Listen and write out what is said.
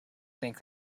think